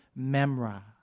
memra